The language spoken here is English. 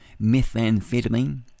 Methamphetamine